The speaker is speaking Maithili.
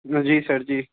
जी सर जी